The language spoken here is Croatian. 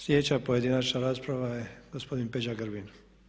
Sljedeća pojedinačna rasprava je gospodin Peđa Grbin.